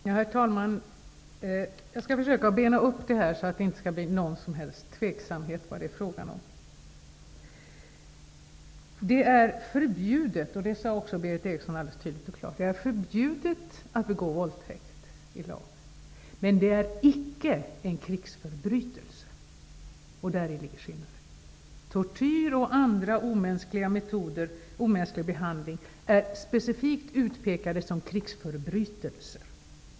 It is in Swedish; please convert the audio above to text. Herr talman! Jag skall försöka att bena upp det här så, att det inte skall föreligga någon tvekan om vad det är fråga om. Det är i lag förbjudet -- det sade också Berith Eriksson klart och tydligt -- att begå våldtäkt, men det är icke en krigsförbrytelse. Däri ligger skillnaden. Tortyr och annan omänsklig behandling är specifikt utpekade som krigsförbrytelser.